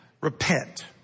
Repent